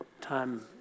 time